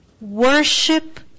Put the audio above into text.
Worship